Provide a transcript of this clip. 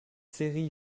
série